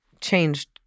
changed